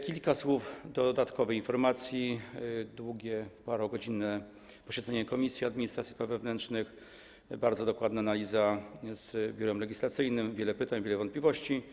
Kilka słów dodatkowej informacji: długie, parogodzinne posiedzenie Komisji Administracji i Spraw Wewnętrznych, bardzo dokładna analiza z Biurem Legislacyjnym, wiele pytań, wiele wątpliwości.